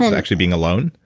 actually being alone?